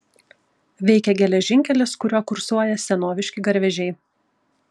veikia geležinkelis kuriuo kursuoja senoviški garvežiai